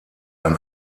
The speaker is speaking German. ein